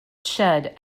shed